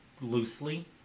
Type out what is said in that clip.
loosely